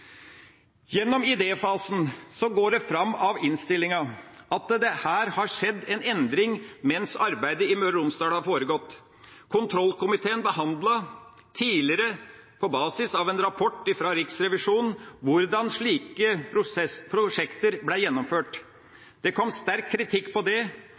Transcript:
Gjennom idéfasen går det fram av innstillinga at det her har skjedd en endring mens arbeidet i Møre og Romsdal har foregått. Kontrollkomiteen behandlet tidligere, på basis av en rapport fra Riksrevisjonen, hvordan slike prosjekter ble gjennomført. Det kom sterk kritikk av det,